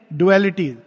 duality